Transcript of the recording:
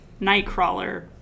Nightcrawler